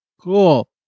Cool